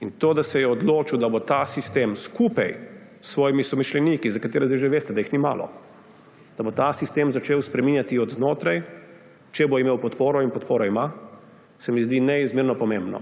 In to, da se je odločil, da bo ta sistem skupaj s svojimi somišljeniki, za katere zdaj že veste, da jih ni malo, da bo ta sistem začel spreminjati od znotraj, če bo imel podporo, in podporo ima, se mi zdi neizmerno pomembno.